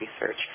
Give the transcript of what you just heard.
research